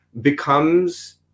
becomes